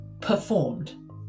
performed